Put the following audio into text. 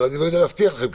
אבל אני לא יודע להבטיח לכם,